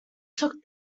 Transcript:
took